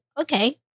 okay